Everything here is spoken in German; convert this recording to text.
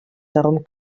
darum